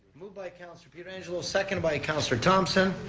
moved by councilor pietrangelo, seconded by councilor thomson.